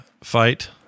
fight